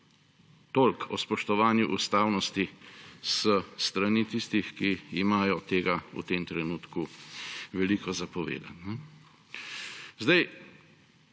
Toliko o spoštovanju ustavnosti s strani tistih, ki imajo tega v tem trenutku veliko povedati.